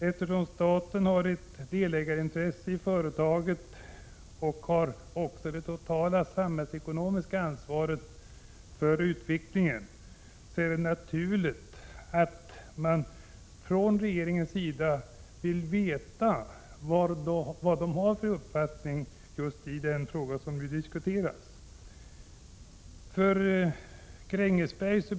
Eftersom staten har ett delägarintresse i företaget och även har det totala samhällsekonomiska ansvaret för utvecklingen, är det naturligt att man från regeringens sida vill veta vad SSAB har för uppfattning i den fråga som vi diskuterar.